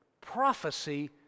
prophecy